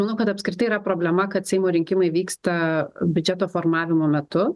manau kad apskritai yra problema kad seimo rinkimai vyksta biudžeto formavimo metu